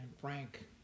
Frank